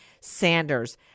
Sanders